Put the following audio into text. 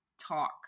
talk